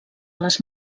les